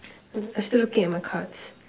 I'm still looking at my cards